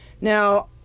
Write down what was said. Now